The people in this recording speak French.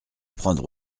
prendre